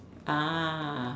ah